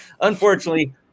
unfortunately